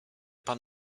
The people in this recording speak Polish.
pan